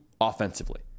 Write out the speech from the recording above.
offensively